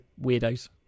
weirdos